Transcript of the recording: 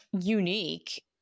unique